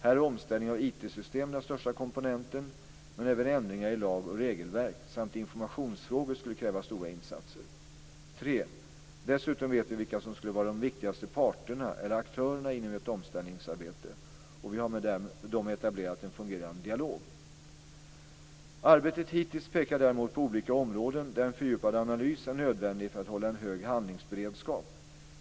Här är omställning av IT-system den största komponenten, men även ändringar i lagoch regelverk samt informationsfrågor skulle kräva stora insatser. · Dessutom vet vi vilka som skulle vara de viktigaste parterna eller aktörerna i ett omställningsarbete, och vi har med dem etablerat en fungerande dialog. Arbetet hittills pekar därmed på olika områden där en fördjupad analys är nödvändig för att hålla en hög handlingsberedskap.